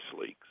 leaks